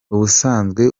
ubusanzwe